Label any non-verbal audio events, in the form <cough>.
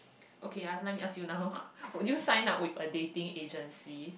okay ah let me ask you now <noise> would you sign up with a dating agency